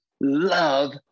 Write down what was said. love